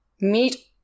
meet